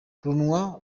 bana